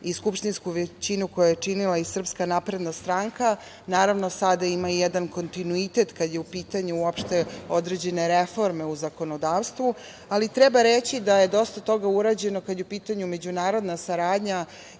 i skupštinsku većinu koja je činila i SNS, naravno sada ima i jedan kontinuitet kada su u pitanju određene reforme u zakonodavstvu, ali treba reći da je dosta toga urađeno kada je u pitanju međunarodna saradnja